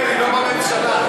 הוא תומך בפרי, לא בממשלה.